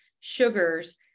sugars